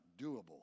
doable